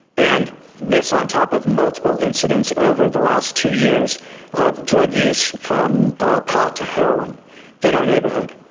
and this on top of multiple incidents over the last two years of drug use from pot to heroin in our neighborhood,